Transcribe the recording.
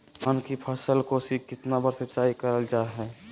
धान की फ़सल को कितना बार सिंचाई करल जा हाय?